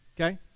Okay